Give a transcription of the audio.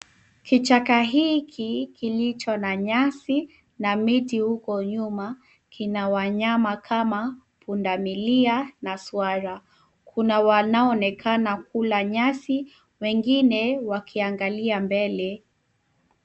Kichaka hiki kilicho na nyasi na miti huko nyuma kina wanyama kama pundamilia na swara. Kuna wanaoonekana kula nyasi wengine wakiangalia mbele.